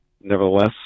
nevertheless